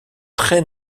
très